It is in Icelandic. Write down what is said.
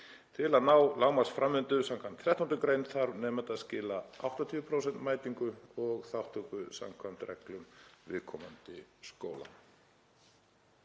Til að ná lágmarksframvindu skv. 13. gr. þarf nemandi að skila 80% mætingu og þátttöku samkvæmt reglum viðkomandi skóla.“